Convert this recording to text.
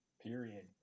Period